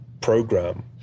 program